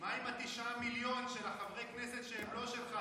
מה עם ה-6 מיליון של חברי הכנסת שהם לא שלך,